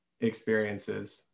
experiences